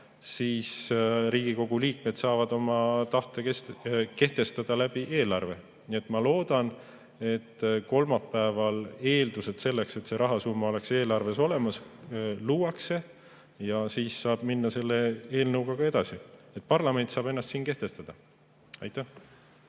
siis saavad nad oma tahte eelarve kaudu kehtestada. Nii et ma loodan, et kolmapäeval eeldused selleks, et see rahasumma oleks eelarves olemas, luuakse ja siis saab minna selle eelnõuga edasi. Parlament saab ennast siin kehtestada. Ma